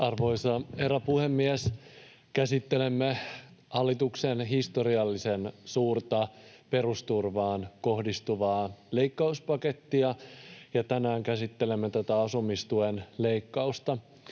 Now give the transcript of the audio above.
Arvoisa herra puhemies! Käsittelemme hallituksen historiallisen suurta perusturvaan kohdistuvaa leikkauspakettia, ja tänään käsittelemme tätä asumistuen leikkausta.